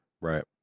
right